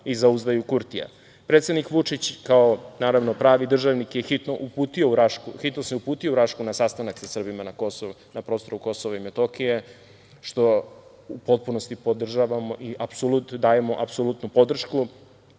i zauzdaju Kurtija. Predsednik Vučić, kao pravi državnik, se hitno uputio u Rašku na sastanak sa Srbima na prostoru Kosova i Metohije, što u potpunosti podržavamo